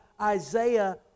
Isaiah